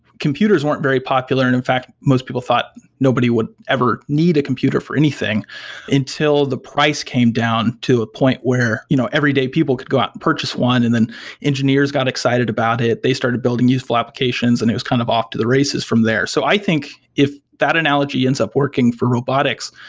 computers weren't very popular. and in fact, most people thought nobody would ever need a computer for anything until the price came down to a point where you know everyday people could go out and purchase one and then engineers got excited about it. they started building useful applications and it was kind of off to the races from there. so i think if that analogy ends up working for robotics,